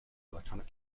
electronic